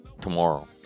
tomorrow